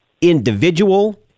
individual